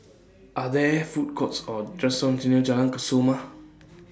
Are There Food Courts Or restaurants near Jalan Kesoma